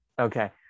okay